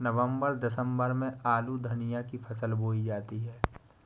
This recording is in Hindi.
नवम्बर दिसम्बर में आलू धनिया की फसल बोई जाती है?